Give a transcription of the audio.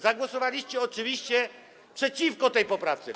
Zagłosowaliście oczywiście przeciwko tej poprawce.